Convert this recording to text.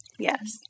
Yes